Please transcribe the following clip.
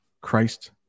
christ